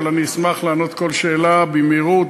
אבל אני אשמח לענות על כל שאלה במהירות,